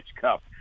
Cup